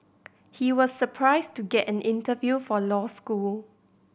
he was surprised to get an interview for law school